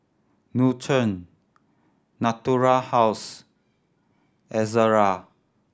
Nutren Natura House Ezerra